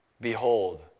behold